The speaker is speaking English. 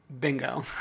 Bingo